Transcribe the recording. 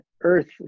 earth